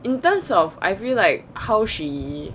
in terms of I feel like how she